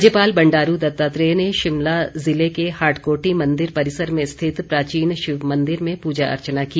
राज्यपाल बंडारू दत्तात्रेय ने शिमला जिले के हाटकोटी मंदिर परिसर में रिथित प्राचीन शिवमंदिर में पूजा अर्चना की